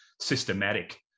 systematic